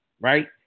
right